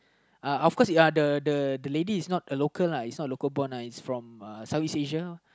uh of course it uh the the the lady is not a local lah it's not a local born uh it's from uh Southeast-Asia lor